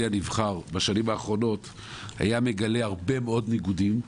הנבחר בשנים האחרונות היה מגלה הרבה מאוד ניגודים.